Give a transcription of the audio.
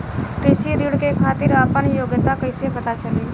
कृषि ऋण के खातिर आपन योग्यता कईसे पता लगी?